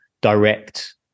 direct